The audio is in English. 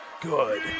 good